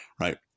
right